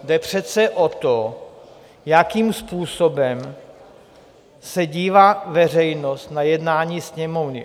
Jde přece o to, jakým způsobem se dívá veřejnost na jednání Sněmovny.